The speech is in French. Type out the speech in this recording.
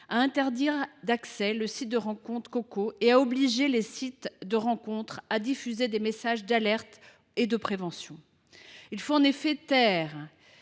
à interdire l’accès au site de rencontre Coco et à obliger les autres sites de rencontre à diffuser des messages d’alerte et de prévention. Il faut en effet faire